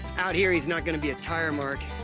out here he's not gonna be a tire mark.